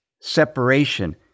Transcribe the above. separation